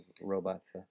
robots